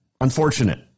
unfortunate